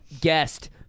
Guest